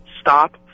stop